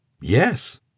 Yes